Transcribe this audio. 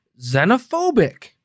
xenophobic